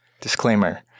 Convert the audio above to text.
Disclaimer